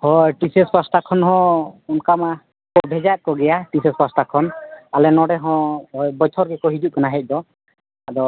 ᱦᱳᱭ T C S ᱯᱟᱦᱴᱟ ᱠᱷᱚᱱ ᱦᱚᱸ ᱚᱱᱠᱟ ᱢᱟ ᱵᱷᱮᱡᱟᱭᱮᱫ ᱠᱚᱜᱮᱭᱟ ᱴᱤ ᱥᱤ ᱮᱹᱥ ᱯᱟᱦᱴᱟ ᱠᱷᱚᱱ ᱟᱞᱮ ᱱᱚᱰᱮ ᱦᱚᱸ ᱳᱭ ᱵᱚᱪᱷᱚᱨ ᱜᱮᱠᱚ ᱦᱤᱡᱩᱜ ᱠᱟᱱᱟ ᱦᱮᱡ ᱫᱚ ᱟᱫᱚ